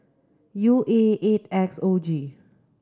U A eight X O G